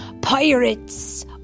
Pirates